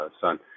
son